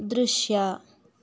ದೃಶ್ಯ